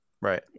Right